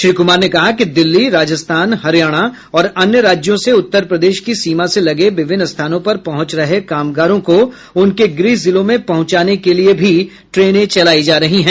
श्री कुमार ने कहा कि दिल्ली राजस्थान हरियाणा और अन्य राज्यों से उत्तर प्रदेश की सीमा से लगे विभिन्न स्थानों पर पहुंच रहे कामगारों को उनके गृह जिलों में पहुंचाने के लिए भी ट्रेने चलायी जा रही हैं